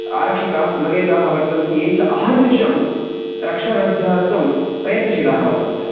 आरक्षकाः समवेताः वर्तन्ते ये च अहर्निशं रक्षाव्यवस्थार्थं प्रयत्नशीलाः वर्तन्ते